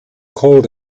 cold